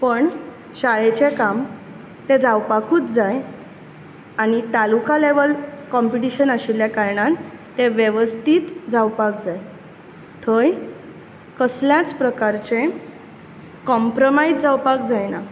पूण शाळेचें काम तें जांवपाकूच जाय आनी तालुका लॅवल कोंपिटीशन आशिल्ल्या कारणान तें वेवस्थीत जावपाक जाय थंय कसल्याच प्रकारचें काँप्रमायज जांवपाक जायना